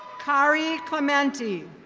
carrie clementie.